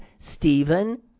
Stephen